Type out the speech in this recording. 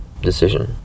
decision